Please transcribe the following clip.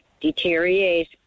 deteriorate